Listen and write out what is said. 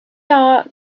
our